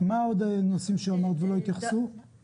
אני רוצה להזכיר כמה נושאים שבכלל לא הוזכרו עכשיו ונמצאים כאן בחקיקה.